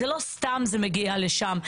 לא סתם זה מגיע לשם.